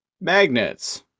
magnets